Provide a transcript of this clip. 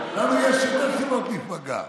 לנו יש יותר סיבות להיפגע.